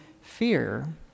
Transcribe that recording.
fear